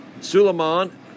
Suleiman